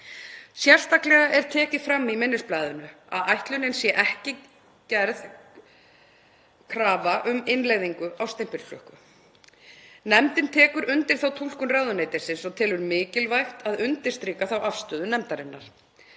Sérstaklega er tekið fram í minnisblaðinu að ætlunin sé ekki að gerð sé krafa um innleiðingu á stimpilklukku. Nefndin tekur undir þá túlkun ráðuneytisins og telur mikilvægt að undirstrika þá afstöðu sína.